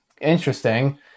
interesting